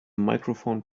microphone